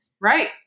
Right